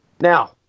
now